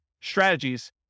strategies